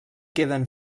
queden